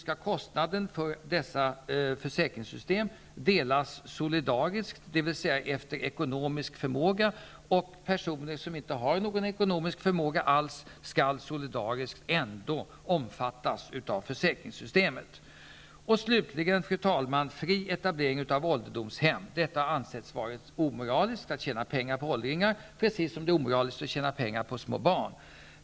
Kostnaderna för dessa försäkringssystem skall naturligtvis delas solidariskt, dvs. efter ekonomisk förmåga. Personer som inte har någon ekonomisk förmåga alls skall ändå solidariskt omfattas av försäkringssystemet. Fru talman! Slutligen gäller det fri etablering av ålderdomshem. Det har ansetts vara omoraliskt att tjäna pengar på åldringar, precis som det är omoraliskt att tjäna pengar på små barn.